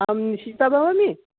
अहं निश्चिता भवामि